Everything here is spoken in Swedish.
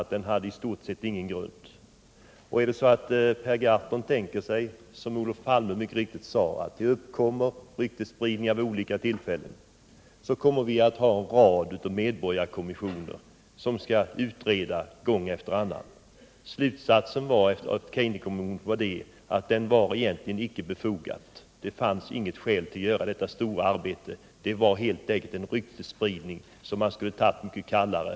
Som Olof Palme mycket riktigt sade kommer det att uppstå ryktesspridningar vid olika tillfällen, och om Per Gahrton menar att var och en av dessa skulle föranleda en medborgarkommission, då kommer vi att få en rad av sådana kommissioner som gång efter annan skulle utreda sådana här frågor. Slutsatsen när det gäller Kejnekommissionen var att den egentligen inte var befogad. Det fanns inget skäl till att göra detta stora arbete, utan det gällde helt enkelt en ryktesspridning som man borde ha tagit mycket kallare.